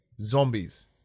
zombies